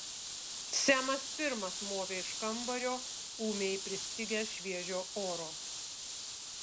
semas pirmas movė iš kambario ūmiai pristigęs šviežio oro